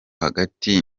hagati